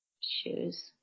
Shoes